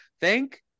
Thank